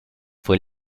fue